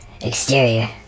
Exterior